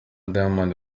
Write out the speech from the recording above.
diamond